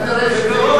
אתה תראה שזה יהיה זמני.